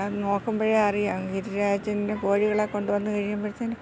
അത് നോക്കുമ്പോഴേ അറിയാം ഗിരിരാജൻ്റെ കോഴികളെ കൊണ്ട് വന്നു കഴിയുമ്പോഴത്തേന്